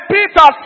Peter